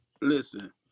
listen